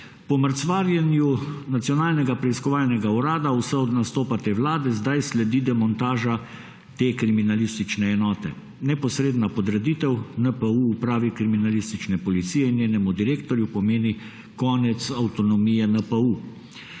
Po mrcvarjenju Nacionalnega preiskovalnega urada vse od nastopa te vlade zdaj sledi demontaža te kriminalistične enote. Neposredna podreditev NPU Upravi kriminalistične policije in njenemu direktorju pomeni konec avtonomije NPU.